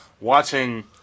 watching